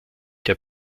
der